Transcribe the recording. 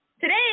Today